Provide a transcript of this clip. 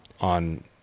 on